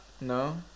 No